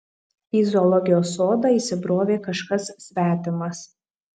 į zoologijos sodą įsibrovė kažkas svetimas